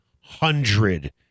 hundred